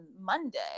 Monday